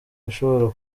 bishobora